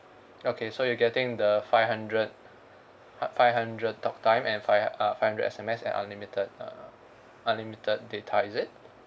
okay so you're getting the five hundred fi~ five hundred talk time and five uh five hundred S_M_S and unlimited uh unlimited data is it